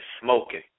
smoking